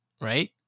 right